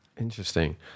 interesting